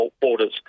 borders